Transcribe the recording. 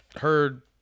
heard